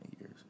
years